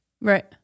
Right